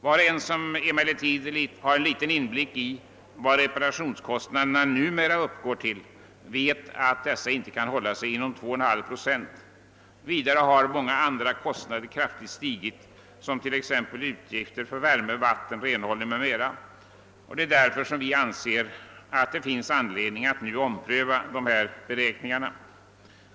Var och en som emellertid har litet inblick i vad reparationskostnaderna numera uppgår till vet att dessa inte kan hålla sig inom 2,5 procent. Vidare har många andra kostnader stigit kraftigt, såsom t.ex. utgifter för värme, vatten, renhållning m.m. Vi anser därför att det finns anledning att nu ompröva dessa beräkningar.